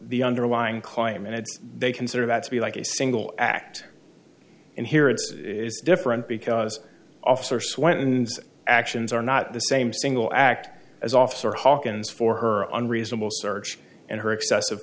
the underlying claim and it's they consider that to be like a single act and here it's different because officer swendson actions are not the same single act as officer hawkins for her unreasonable search and her excessive